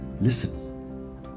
Listen